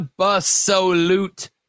absolute